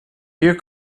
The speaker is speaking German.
hier